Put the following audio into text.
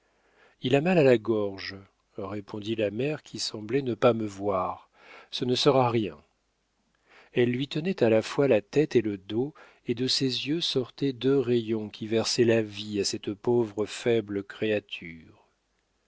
il a mal à la gorge répondit la mère qui semblait ne pas me voir ce ne sera rien elle lui tenait à la fois la tête et le dos et de ses yeux sortaient deux rayons qui versaient la vie à cette pauvre faible créature